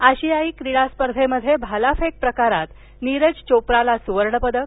आशियायी क्रीडा स्पर्धेमध्ये भालाफेक प्रकारात नीरज चोप्राला स्रवर्ण पदक